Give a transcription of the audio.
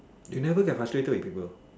you never get frustrated with people